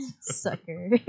Sucker